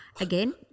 again